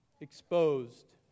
exposed